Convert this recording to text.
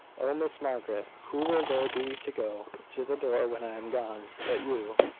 oh! miss margaret, who will there be to go to the door when i am gone, but you?